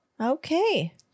okay